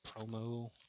promo